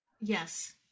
yes